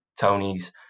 Tony's